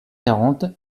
quarante